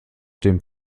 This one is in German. dem